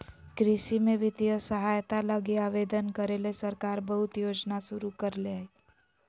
कृषि में वित्तीय सहायता लगी आवेदन करे ले सरकार बहुत योजना शुरू करले हइ